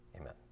Amen